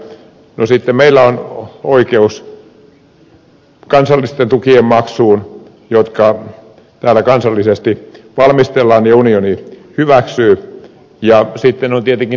sitten meillä on oikeus kansallisten tukien maksuun jotka täällä kansallisesti valmistellaan ja unioni hyväksyy ja sitten on tietenkin tuottajahintataso